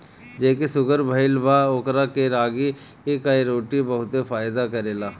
जेके शुगर भईल बा ओकरा के रागी कअ रोटी बहुते फायदा करेला